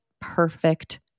perfect